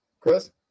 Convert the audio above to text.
Chris